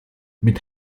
mit